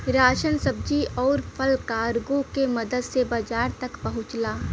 ration सब्जी आउर फल कार्गो के मदद से बाजार तक पहुंचला